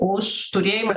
už turėjimą